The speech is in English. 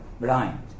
blind